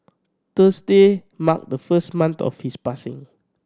Thursday marked the first month of his passing